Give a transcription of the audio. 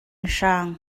hrang